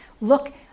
look